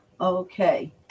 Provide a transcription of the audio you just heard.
Okay